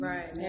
Right